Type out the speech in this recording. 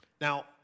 Now